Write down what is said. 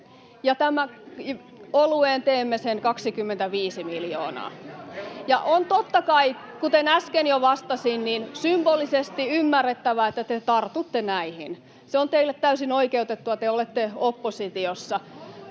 — Olueen teemme sen 25 miljoonaa. On totta kai, kuten äsken jo vastasin, symbolisesti ymmärrettävää, että te tartutte näihin. Se on teille täysin oikeutettua, te olette oppositiossa.